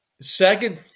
second